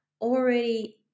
already